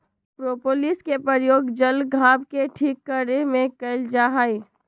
propolis के प्रयोग जल्ल घाव के ठीक करे में कइल जाहई